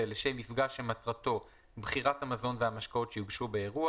לשם מפגש שמטרתו בחירת המזון והמשקאות שיוגשו באירוע,